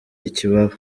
ikibaba